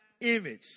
image